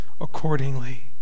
accordingly